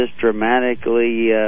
dramatically